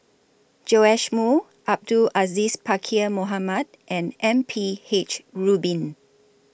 Joash Moo Abdul Aziz Pakkeer Mohamed and M P H Rubin